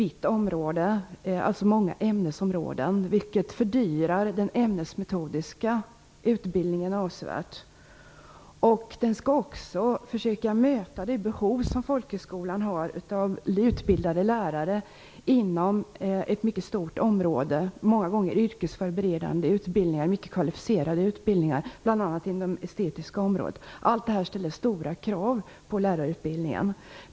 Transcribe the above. Det gäller alltså många ämnesområden, vilket avsevärt fördyrar den ämnesmetodiska utbildningen. Vidare skall utbildningen försöka mäta folkhögskolans behov av utbildade lärare inom ett mycket stort område. Många gånger handlar det om yrkesförberedande utbildningar och mycket kvalificerade utbildningar, bl.a. inom det estetiska området. Allt detta ställer stora krav på lärarutbildningen.